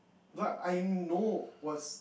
but I know what's